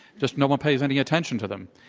just no one pays any attention to them.